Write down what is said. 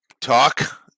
talk